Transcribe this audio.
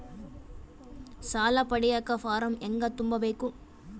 ಸಾಲ ಪಡಿಯಕ ಫಾರಂ ಹೆಂಗ ತುಂಬಬೇಕು?